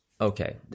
Okay